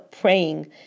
praying